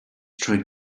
trying